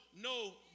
no